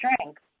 strength